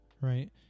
right